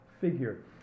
figure